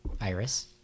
Iris